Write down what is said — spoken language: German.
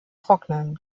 trocknen